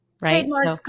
right